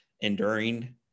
enduring